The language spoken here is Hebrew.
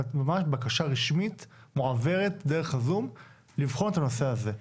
ממש בקשה רשמית מועברת דרך הזום לבחון את הנושא הזה,